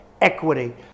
equity